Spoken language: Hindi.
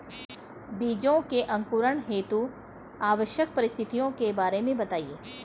बीजों के अंकुरण हेतु आवश्यक परिस्थितियों के बारे में बताइए